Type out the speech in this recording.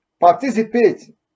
participate